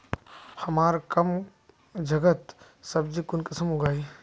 हमार कम जगहत सब्जी कुंसम उगाही?